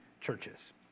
churches